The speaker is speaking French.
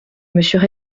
monsieur